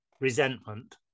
resentment